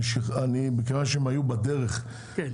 (תיקון),